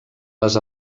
les